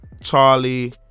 charlie